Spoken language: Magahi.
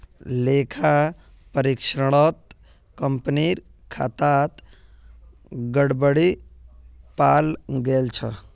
लेखा परीक्षणत कंपनीर खातात गड़बड़ी पाल गेल छ